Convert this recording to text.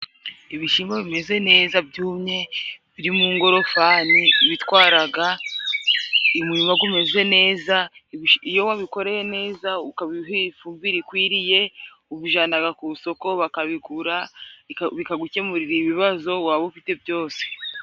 Ibishimbo bimeze neza byumye biri mu ngorofani ibitwaraga, umurima gumeze neza, iyo wabikoreye neza ukabiha ifumbire ikwiriye, ubijanaga ku isoko bakabigura, bikagukemurira ibibazo waba ufite byose.